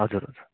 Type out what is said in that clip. हजुर